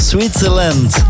Switzerland